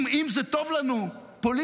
אם זה טוב לנו פוליטית,